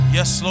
Yes